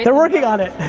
yeah working on it.